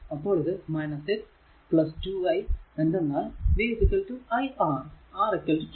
അപ്പോൾ ഇത് 6 2 i എന്തെന്നാൽ v iR R 2